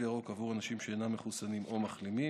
ירוק עובר אנשים שאינם מחוסנים או מחלימים.